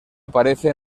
aparece